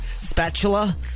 spatula